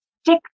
stick